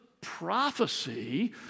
prophecy